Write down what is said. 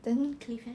then cliff leh